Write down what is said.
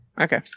Okay